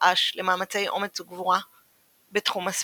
אש למעשי אומץ וגבורה בתחום הספורט.